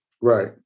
Right